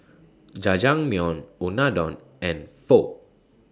Jajangmyeon Unadon and Pho